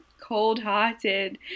cold-hearted